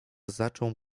zaczął